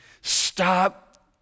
stop